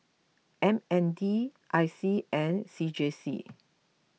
M N D I C and C J C